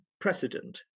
precedent